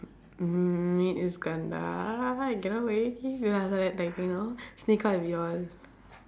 mm meet iskandar I cannot wait like you know sneak out with you all